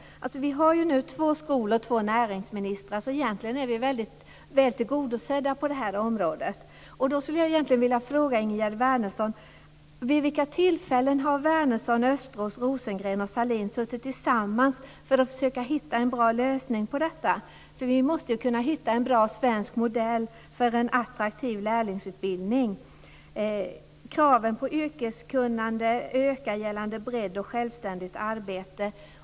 Vi har nu två skol och två näringsministrar, så vi är väl tillgodosedda på området. Jag vill fråga Ingegerd Wärnersson vid vilka tillfällen hon, Östros, Rosengren och Sahlin har suttit tillsammans för att försöka hitta en bra lösning på denna fråga. Vi måste kunna hitta en bra svensk modell för en attraktiv lärlingsutbildning. Kraven på yrkeskunnande ökar i fråga om bredd och självständigt arbete.